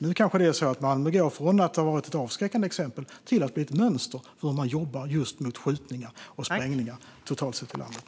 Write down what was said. Nu kanske det går från att Malmö har varit ett avskräckande exempel till att bli ett mönster för hur man jobbar just mot skjutningar och sprängningar totalt sett i landet.